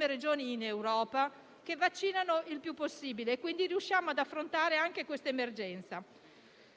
regioni in Europa per le vaccinazioni, per cui riusciamo ad affrontare anche questa emergenza.